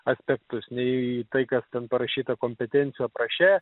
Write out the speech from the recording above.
aspektus ne į tai kas ten parašyta kompetencijų apraše